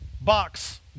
box